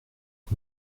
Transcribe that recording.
que